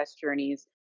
journeys